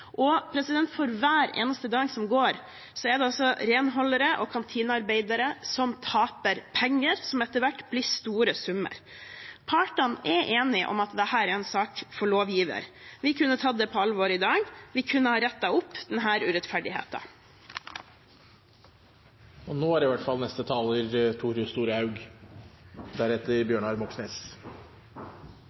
For hver eneste dag som går, er det renholdere og kantinearbeidere som taper penger, som etter hvert blir store summer. Partene er enige om at dette er en sak for lovgiver. Vi kunne ha tatt det på alvor i dag. Vi kunne ha rettet opp denne urettferdigheten. Den nordiske modellen med det sterke trepartssamarbeidet er ein suksessfaktor, og det er